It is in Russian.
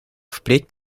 впредь